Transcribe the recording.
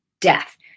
death